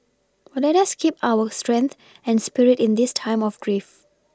let us keep up our strength and spirit in this time of grief